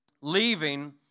Leaving